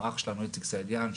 אח שלנו איציק סעידיאן,